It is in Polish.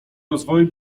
rozwoju